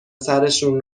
سرشون